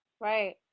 Right